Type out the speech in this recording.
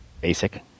Basic